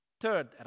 Third